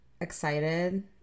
excited